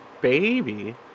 Baby